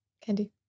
candy